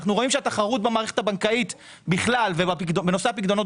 אנחנו רואים שהתחרות במערכת הבנקאית בכלל ובנושא הפקדונות